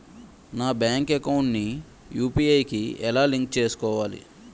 నా bank account ని UPI కి ఎలా లింక్ చేసుకోవాలి?